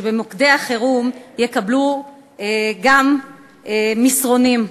שבמוקדי החירום יקבלו גם מסרונים,